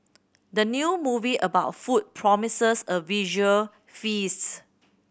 the new movie about food promises a visual feast